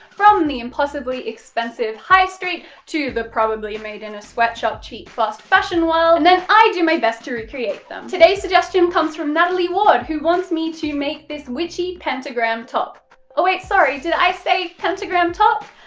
from the impossibly expensive highstreet, to the probably-made-in-a-sweatshop cheap fast fashion world and then i do my best to recreate them. today's suggestion comes from natalie ward who wants me to make this witchy pentagram top oh wait, sorry, did i say pentagram top?